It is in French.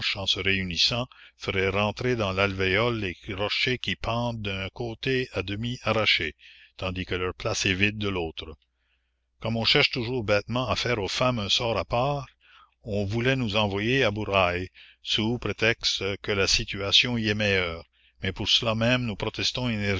se réunissant feraient rentrer dans l'alvéole les rochers qui pendent d'un côté à demi arrachés tandis que leur place est vide de l'autre comme on cherche toujours bêtement à faire aux femmes un sort à part on voulait nous envoyer à bourail sous prétexte que la situation y est meilleure mais pour cela même nous protestons